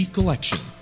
Collection